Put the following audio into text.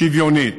שוויונית,